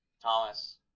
Thomas